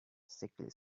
sickly